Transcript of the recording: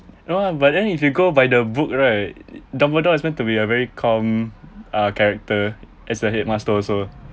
no lah but then if you go by the book right dumbledore is meant to be a very calm uh character as the headmaster also